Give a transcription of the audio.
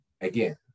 again